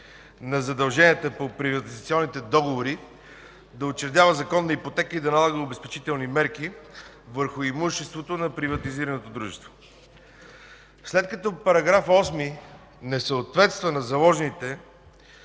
на задълженията по приватизационните договори да учредява законна ипотека и да налага обезпечителни мерки върху имуществото на приватизираното дружество. След като § 8 не съответства на заложените